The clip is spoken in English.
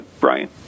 brian